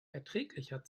erträglicher